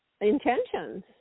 intentions